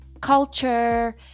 culture